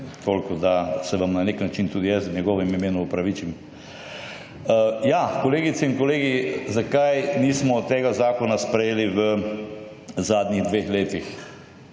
toliko, da se vam na nek način tudi jaz v njegovem imenu opravičim. Kolegice in kolegi! Zakaj nismo tega zakona sprejeli v zadnjih dveh letih?